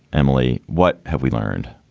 emily, what have we learned?